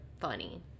funny